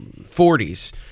40s